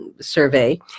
survey